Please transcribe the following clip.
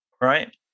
right